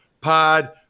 Pod